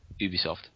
Ubisoft